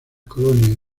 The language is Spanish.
colonias